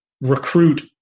recruit